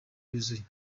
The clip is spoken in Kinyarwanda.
yuzuye